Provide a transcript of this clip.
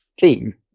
theme